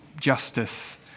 justice